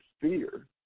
fear